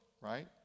right